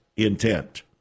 Intent